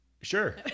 Sure